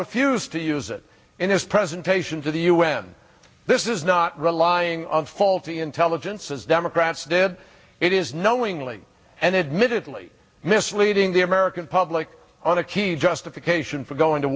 refused to use it in his presentation to the u n this is not relying on faulty intelligence as democrats did it is knowingly and admittedly misleading the american public on a key justification for going to